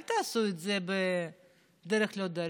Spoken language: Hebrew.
אל תעשו את זה בדרך לא דרך.